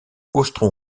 austro